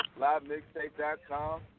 LiveMixtape.com